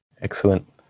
Excellent